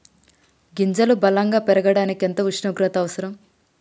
గింజలు బలం గా పెరగడానికి ఎంత ఉష్ణోగ్రత అవసరం?